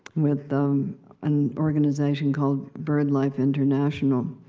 with an organization called birdlife international.